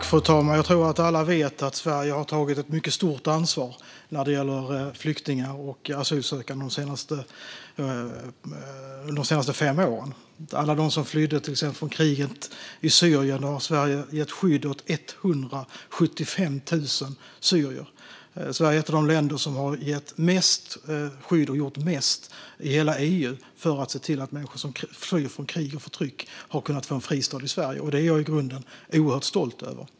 Fru talman! Jag tror att alla vet att Sverige har tagit ett mycket stort ansvar när det gäller flyktingar och asylsökande de senaste fem åren. Ett exempel är alla som flydde från kriget i Syrien - här har Sverige gett skydd åt 175 000 syrier. Sverige är ett av de länder som har gett mest skydd och gjort mest i hela EU för att se till att människor som flyr från krig och förtryck har kunnat få en fristad, och det är jag i grunden oerhört stolt över.